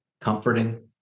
comforting